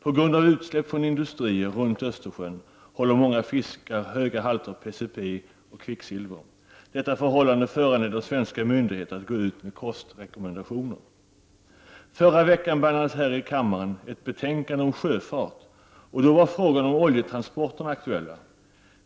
På grund av utsläpp från industrier runt Östersjön innehåller många fiskar höga halter av PCB och kvicksilver. Detta förhållande föranleder svenska myndigheter att gå ut med kostrekommendationer. Förra vecka behandlades här i kammaren ett betänkande om sjöfart. Då var frågan om oljetransporterna aktuell.